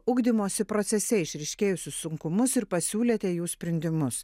ugdymosi procese išryškėjusius sunkumus ir pasiūlėte jų sprendimus